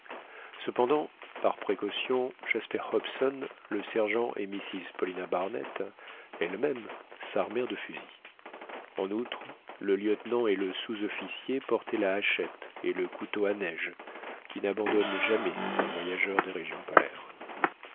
cependant par précaution jasper hobson le sergent et mrs paulina barnett elle-même s'armèrent de fusils en outre le lieutenant et le sous-officier portaient la hachette et le couteau à neige qui n'abandonnent jamais un voyageur des régions polaires